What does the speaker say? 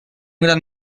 gran